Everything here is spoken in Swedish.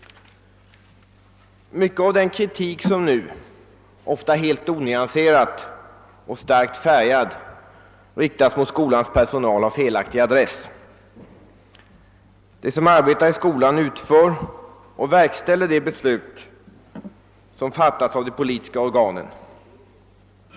Mycket av den kritik som nu, ofta helt onyanserad och starkt färgad, riktas mot skolans personal har felaktig adress. De som arbetar i skolan utför och verkställer de beslut som fattas av de politiska organen.